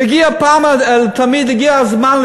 הגיע הזמן,